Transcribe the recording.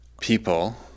people